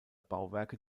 bauwerke